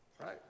right